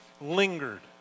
lingered